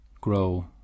grow